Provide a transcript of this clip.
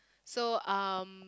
so um